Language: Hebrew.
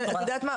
את יודעת מה,